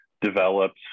developed